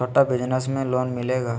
छोटा बिजनस में लोन मिलेगा?